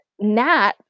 nat